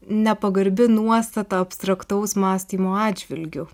nepagarbi nuostata abstraktaus mąstymo atžvilgiu